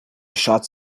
shots